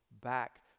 back